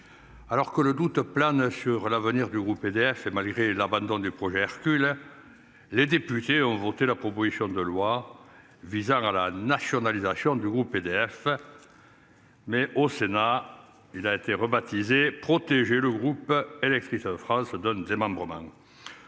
Alors que le doute plane sur l'avenir du groupe EDF et malgré l'abandon du projet Hercule. Les députés ont voté la proposition de loi visant à la nationalisation du groupe EDF. Mais au Sénat. Il a été rebaptisé protéger le groupe L actrice France donne démembrement.